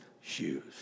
shoes